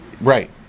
Right